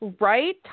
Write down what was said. Right